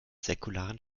säkularen